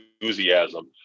enthusiasm